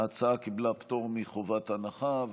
ההצעה קיבלה פטור מחובת הנחה.